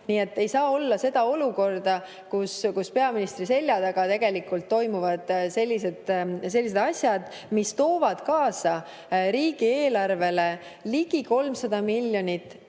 Nii et ei saa olla seda olukorda, kus peaministri selja taga toimuvad sellised asjad, mis toovad kaasa riigieelarvele ligi 300 miljonit